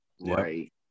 Right